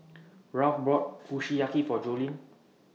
Ralph bought Kushiyaki For Jolene